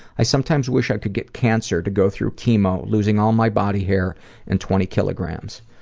i sometimes wish i could get cancer to go through chemo, losing all my body hair and twenty kilograms.